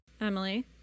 emily